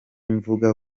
mvuga